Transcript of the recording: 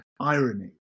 irony